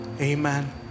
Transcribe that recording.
amen